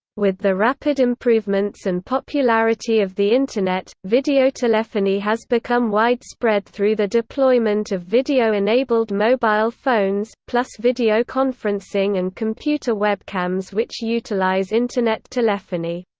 with the rapid improvements and popularity of the internet, videotelephony has become widespread through the deployment of video-enabled mobile phones, plus videoconferencing and computer webcams which utilize internet telephony.